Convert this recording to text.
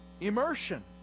immersion